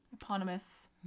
eponymous